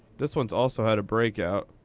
this one's also had a breakout.